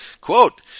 Quote